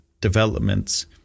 developments